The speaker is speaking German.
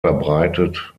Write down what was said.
verbreitet